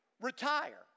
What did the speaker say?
retire